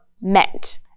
meant